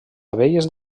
abelles